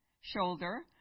shoulder